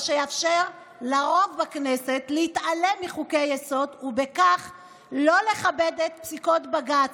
מה שיאפשר לרוב בכנסת להתעלם מחוקי-יסוד ובכך לא לכבד את פסיקות בג"ץ,